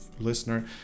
listener